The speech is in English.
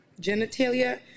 genitalia